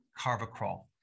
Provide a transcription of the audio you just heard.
carvacrol